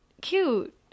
cute